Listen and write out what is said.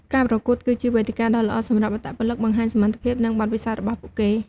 ការប្រកួតគឺជាវេទិកាដ៏ល្អសម្រាប់អត្តពលិកបង្ហាញសមត្ថភាព និងបទពិសោធន៍របស់ពួកគេ។